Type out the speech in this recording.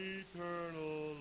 eternal